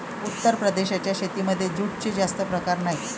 उत्तर प्रदेशाच्या शेतीमध्ये जूटचे जास्त प्रकार नाही